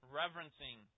reverencing